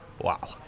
Wow